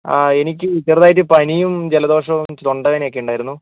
ആ എനിക്ക് ചെറുതായിട്ട് പനിയും ജലദോഷവും തൊണ്ടവേദനയൊക്കെ ഉണ്ടായിരുന്നു